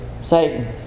Satan